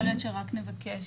יכול להיות שרק נבקש.